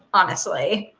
honestly.